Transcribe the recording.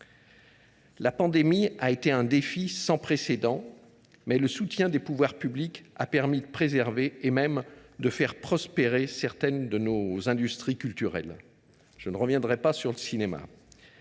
La pandémie a été un défi sans précédent, mais le soutien des pouvoirs publics a permis de préserver et même de faire prospérer certaines de nos industries culturelles. Je ne reviendrai pas sur celle du cinéma.